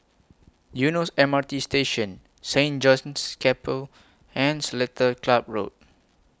Eunos M R T Station Saint John's Chapel and Seletar Club Road